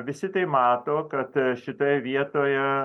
visi tai mato kad šitoje vietoje